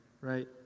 right